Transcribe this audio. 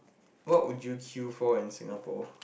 what would you queue for in Singapore